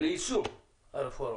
ליישום הרפורמה.